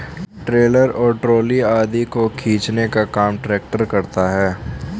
trailer और trolley आदि को खींचने का काम ट्रेक्टर करता है